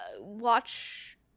watch